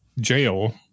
jail